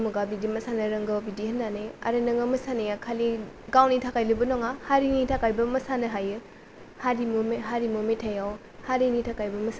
अमुगा बिदि मोसानो रोंगौ बिदि होननानै आरो नोङो मोसानाया खालि गावनि थाखायल' बेबो नङा हारिनि थाखायबो मोसानो हायो हारिमु हारिमु मेथाइयाव हारिनि थाखायबो मोसानो हायो